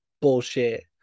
bullshit